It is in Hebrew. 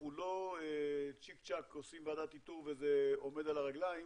הוא לא צ'יק צ'ק שעושים ועדת איתור וזה עומד על הרגליים.